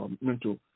mental